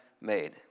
made